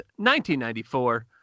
1994